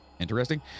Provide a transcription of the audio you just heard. interesting